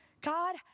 God